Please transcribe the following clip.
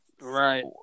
Right